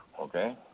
Okay